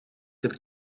het